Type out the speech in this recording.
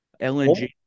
lng